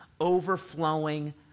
overflowing